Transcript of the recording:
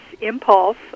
impulse